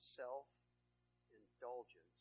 self-indulgence